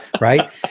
Right